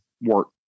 work